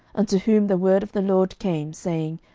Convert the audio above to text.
unto whom the word of the lord came, saying,